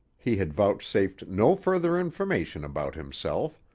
he had vouchsafed no further information about himself,